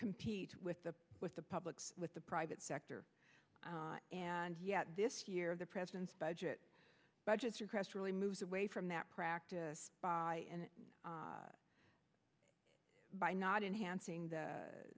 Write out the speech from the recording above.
compete with the with the public's with the private sector and yet this year the president's budget budgets across really moves away from that practice by and by not enhancing th